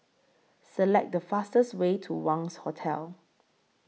Select The fastest Way to Wangz Hotel